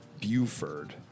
Buford